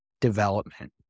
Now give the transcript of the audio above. development